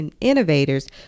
innovators